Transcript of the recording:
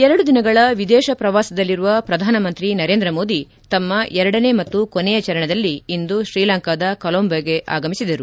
ಎರಡು ದಿನಗಳ ವಿದೇಶ ಪ್ರವಾಸದಲ್ಲಿರುವ ಪ್ರಧಾನಮಂತ್ರಿ ನರೇಂದ್ರ ಮೋದಿ ತಮ್ಮ ಎರಡನೇ ಮತ್ತು ಕೊನೆಯ ಚರಣದಲ್ಲಿ ಇಂದು ಶ್ರೀಲಂಕಾದ ಕೋಲಂಬೋಗೆ ಆಗಮಿಸಿದರು